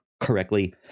correctly